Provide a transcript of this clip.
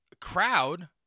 crowd